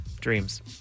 dreams